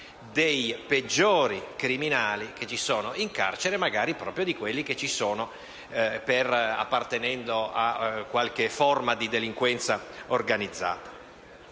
dei peggiori criminali detenuti in carcere, magari proprio di quelli che appartengono a qualche forma di delinquenza organizzata.